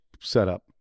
setup